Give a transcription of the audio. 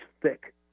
thick